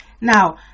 Now